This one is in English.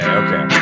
okay